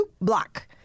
block